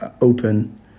open